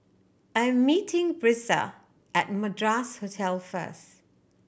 I'm meeting Brisa at Madras Hotel first